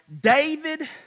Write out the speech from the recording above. David